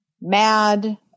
mad